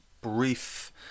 brief